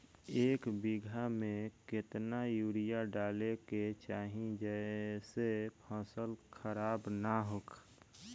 एक बीघा में केतना यूरिया डाले के चाहि जेसे फसल खराब ना होख?